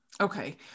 Okay